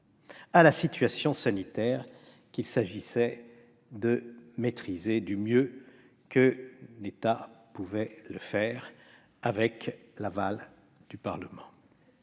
-à la situation sanitaire qu'il s'agissait de maîtriser du mieux que l'exécutif pouvait le faire, avec l'aval du Parlement.